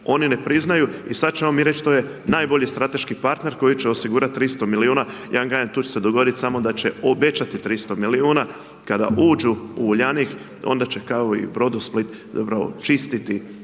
oni ne priznaju i sad ćemo mi reći, to je najbolji strateški partner koji će osigurati 300 milijuna, ja vam kažem, tu će se dogoditi samo da će obećati 300 milijuna, kada uđu u Uljanik, onda će kao u Brodosplit, zapravo čistiti